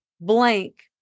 blank